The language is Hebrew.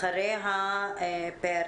אחריה, פאר